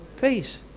peace